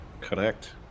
Correct